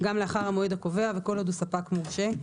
גם לאחר המועד הקובע וכל עוד הוא ספק מורשה,